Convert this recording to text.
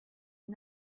are